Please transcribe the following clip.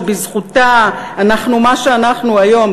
שבזכותה אנחנו מה שאנחנו היום,